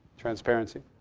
transparency.